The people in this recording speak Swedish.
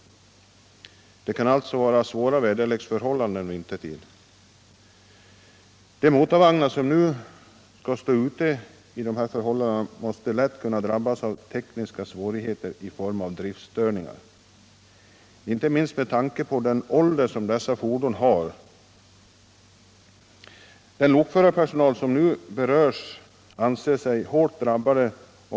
Där kan alltså vara svåra väderleksförhållanden vintertid. De motorvagnar som då skall stå ute måste under sådana förhållanden lätt kunna drabbas av tekniska svårigheter i form av driftstörningar, inte minst med tanke på vagnarnas ålder. Den lokförarpersonal som nu berörs anser sig hårt drabbad.